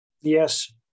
Yes